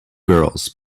girls